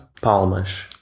palmas